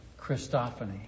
Christophany